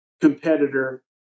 competitor